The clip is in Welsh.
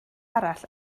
arall